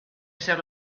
ezer